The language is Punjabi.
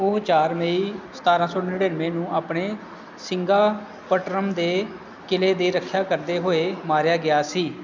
ਉਹ ਚਾਰ ਮਈ ਸਤਾਰਾਂ ਸੌ ਨੜਿਨਵੇਂ ਨੂੰ ਆਪਣੇ ਸੀਰੰਗਾਪਟਨਮ ਦੇ ਕਿਲੇ ਦੀ ਰੱਖਿਆ ਕਰਦੇ ਹੋਏ ਮਾਰਿਆ ਗਿਆ ਸੀ